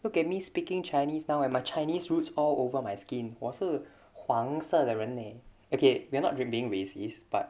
look at me speaking chinese now eh my chinese roots all over my skin 我是黄色的人 leh okay we're not being racist but